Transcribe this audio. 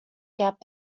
gap